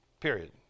Period